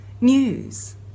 news